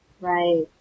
Right